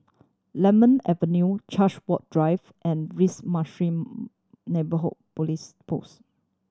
Lemon Avenue Chartwell Drive and Neighbourhood Police Post